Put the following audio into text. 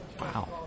Wow